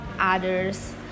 others